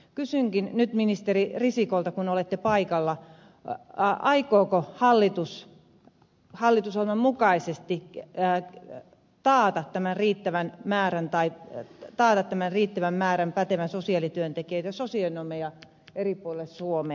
kysynkin nyt ministeri risikolta kun olette paikalla aikooko hallitus hallitusohjelman mukaisesti taata tämän riittävän määrän päteviä sosiaalityöntekijöitä sosionomeja eri puolille suomea